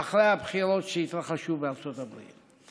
אחרי הבחירות שהתרחשו בארצות הברית.